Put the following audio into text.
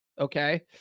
okay